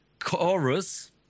Chorus